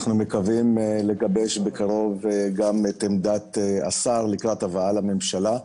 אנחנו מקווים לגבש בקרוב גם את עמדת השר לקראת הבאה לממשלה.